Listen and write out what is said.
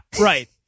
right